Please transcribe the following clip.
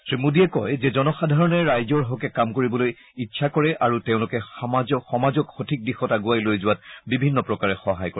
শ্ৰীমোদীয়ে কয় যে জনসাধাৰণে ৰাইজৰ হকে কাম কৰিবলৈ ইচ্ছ কৰে আৰু তেওঁলোকে সমাজক সঠিক দিশত আগুৱাই লৈ যোৱাত বিভিন্ন প্ৰকাৰে সহায় কৰে